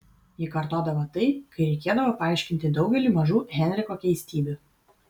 ji kartodavo tai kai reikėdavo paaiškinti daugelį mažų henriko keistybių